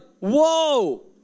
whoa